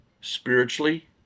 spiritually